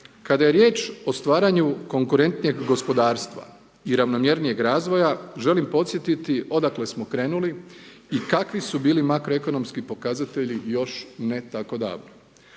kada je riječ o stvaranju konkurentnijeg gospodarstva i ravnomjernijeg razvoja, želim podsjetiti odakle smo krenuli i kakvi su bili makro ekonomski pokazatelji još ne tako davno.